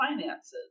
finances